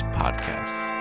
podcasts